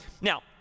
Now